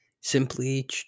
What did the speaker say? simply